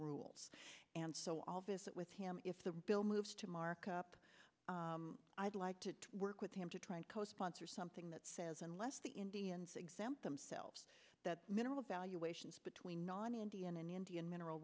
rules and so all visit with him if the bill moves to markup i'd like to work with him to try and co sponsor something that says unless the indians exempt themselves that mineral valuations between non indian and indian mineral